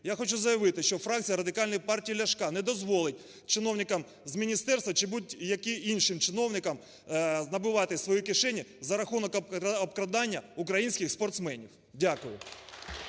Я хочу заявити, що фракція Радикальної партії Ляшка не дозволить чиновникам з міністерства чи будь-яким іншим чиновникам набивати свої кишені за рахунок обкрадання українських спортсменів. Дякую.